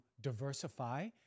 diversify